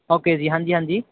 okay ਜੀ ਹਾਂਜੀ ਹਾਂਜੀ